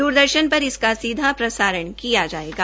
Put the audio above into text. दूरदर्शन पर इसका सीधा प्रसारण किया जायेगा